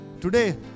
today